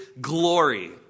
glory